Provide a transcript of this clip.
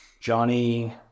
Johnny